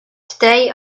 today